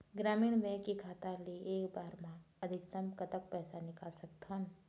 ग्रामीण बैंक के खाता ले एक बार मा अधिकतम कतक पैसा निकाल सकथन?